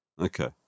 Okay